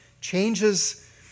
changes